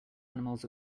animals